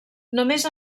només